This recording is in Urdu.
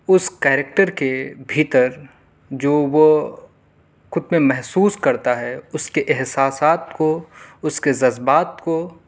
اس کیریکٹر کے بھیتر جو وہ خود میں محسوس کرتا ہے اس کے احساسات کو اس کے جذبات کو